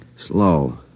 Slow